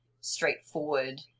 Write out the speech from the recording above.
straightforward